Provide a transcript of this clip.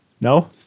No